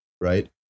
Right